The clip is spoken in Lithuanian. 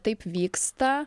taip vyksta